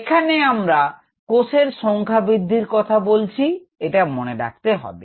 এখানে আমরা কোষের সংখ্যা বৃদ্ধির কথা বলছি এটা মনে রাখতে হবে